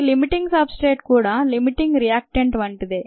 ఈ limiting substrate కూడా limiting reactant వంటిదే